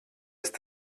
ist